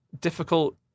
difficult